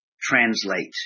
translate